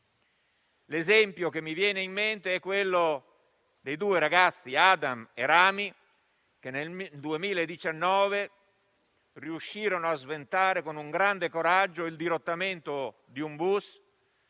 L'esempio che mi viene in mente è quello dei due ragazzi, Adam e Ramy, che nel 2019 riuscirono a sventare con grande coraggio il dirottamento di un bus,